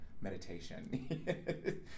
meditation